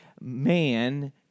man—